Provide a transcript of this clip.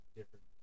different